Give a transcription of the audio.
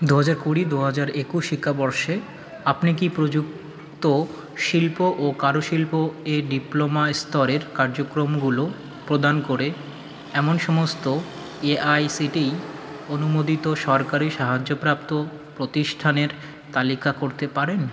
দু হাজার কুড়ি দু হাজার একুশ শিক্ষাবর্ষে আপনি কি প্রযুক্ত শিল্প ও কারুশিল্প এ ডিপ্লোমা স্তরের কার্যক্রমগুলো প্রদান করে এমন সমস্ত এআইসিটিই অনুমোদিত সরকারি সাহায্যপ্রাপ্ত প্রতিষ্ঠানের তালিকা করতে পারেন